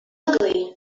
ugly